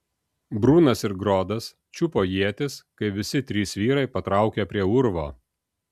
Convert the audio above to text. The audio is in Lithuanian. brunas ir grodas čiupo ietis kai visi trys vyrai patraukė prie urvo